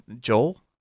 Joel